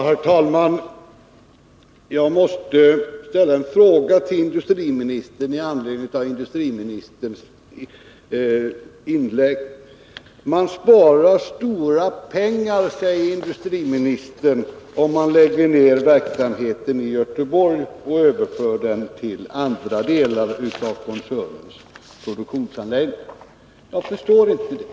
Herr talman! Jag måste ställa en fråga till industriministern med anledning av hans inlägg. Man spar stora pengar, säger industriministern, om man lägger ned verksamheten i Göteborg och överför den till andra delar av koncernens produktionsanläggningar. Jag förstår inte det.